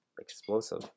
explosive